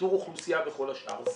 לאיתור אוכלוסייה וכל השאר.